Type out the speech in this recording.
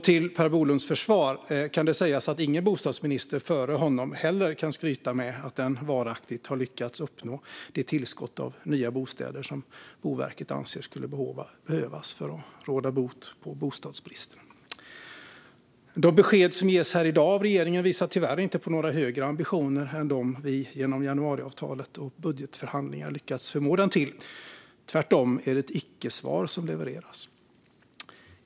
Till Per Bolunds försvar kan sägas att ingen bostadsminister före honom heller kan skryta med att den varaktigt har lyckats uppnå det tillskott av nya bostäder som Boverket anser skulle behövas för att råda bot på bostadsbristen. De besked som ges här i dag av regeringen visar tyvärr inte på några högre ambitioner än dem vi genom januariavtalet och budgetförhandlingar lyckats förmå regeringen till. Tvärtom är det ett icke-svar som levereras.